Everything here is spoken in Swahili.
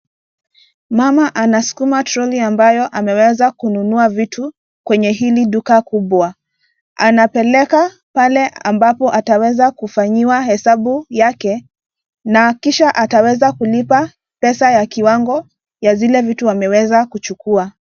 Mama anasukuma troli ambayo ameweza kununuwa vitu kwenye hili duka kubwa. Anapeleka pale ambapo ataweza kufanyiwa hesabu yake, na kisha ataweza kulipa pesa ya kiwango ya zile vitu ameweza kuchukua.